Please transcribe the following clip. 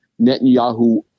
Netanyahu